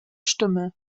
stimme